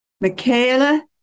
Michaela